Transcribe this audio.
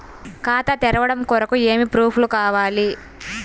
ఖాతా తెరవడం కొరకు ఏమి ప్రూఫ్లు కావాలి?